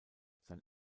sein